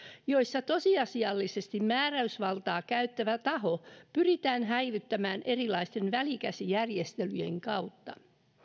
joissa tosiasiallisesti määräysvaltaa käyttävä taho pyritään häivyttämään erilaisten välikäsijärjestelyjen kautta